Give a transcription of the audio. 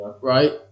right